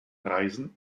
reisen